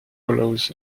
follows